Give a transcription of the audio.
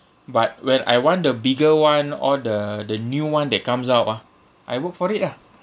but when I want the bigger [one] or the the new [one] that comes out ah I work for it ah